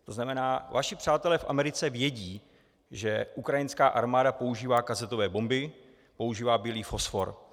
To znamená, vaši přátelé v Americe vědí, že ukrajinská armáda používá kazetové bomby, používá bílý fosfor.